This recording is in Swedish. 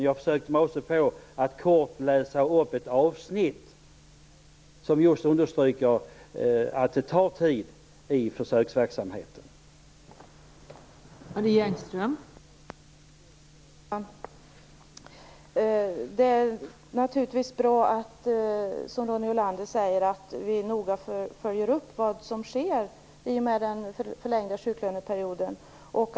Jag har läst upp ett kort avsnitt där det understryks att försöksverksamheten tar tid.